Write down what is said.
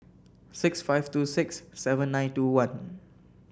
six five two six seven nine two one